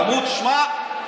אמרו: שמע,